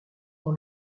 dans